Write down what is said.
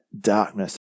darkness